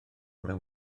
mewn